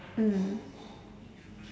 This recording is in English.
mm